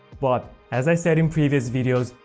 but as i said in previous videos,